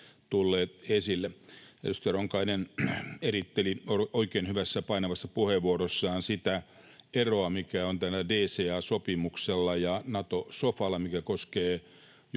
tulleet esille. Edustaja Ronkainen eritteli oikein hyvässä, painavassa puheenvuorossaan sitä eroa, mikä on tällä DCA-sopimuksella ja Nato-sofalla, mikä koskee